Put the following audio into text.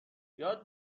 یاد